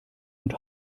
und